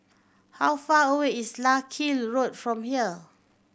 how far away is Larkhill Road from here